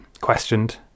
questioned